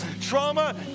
Trauma